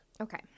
Okay